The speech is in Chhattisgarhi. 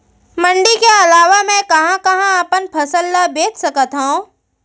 मण्डी के अलावा मैं कहाँ कहाँ अपन फसल ला बेच सकत हँव?